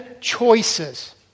choices